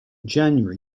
january